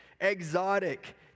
exotic